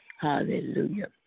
Hallelujah